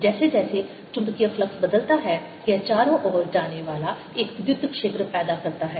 जैसे जैसे चुंबकीय फ्लक्स बदलता है यह चारों ओर जाने वाला एक विद्युत क्षेत्र पैदा करता है